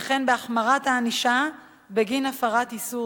וכן בהחמרת הענישה בגין הפרת איסור